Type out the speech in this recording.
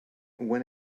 when